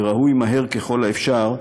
וראוי שמהר ככל האפשר,